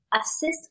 Assist